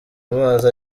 amazi